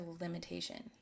limitation